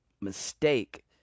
mistake